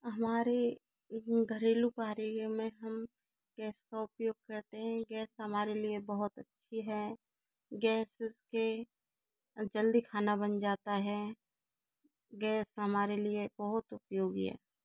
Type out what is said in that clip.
हमारे घरेलू कार्य में हम गैस का उपयोग करते हैं गैस हमारे लिए बहुत अच्छी है गैस इसके जल्दी खाना बन जाता है गैस हमारे लिए बहुत उपयोगी है